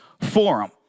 Forum